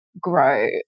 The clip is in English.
grow